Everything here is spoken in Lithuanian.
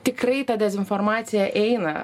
tikrai ta dezinformacija eina